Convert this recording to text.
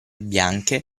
bianche